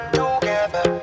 together